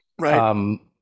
right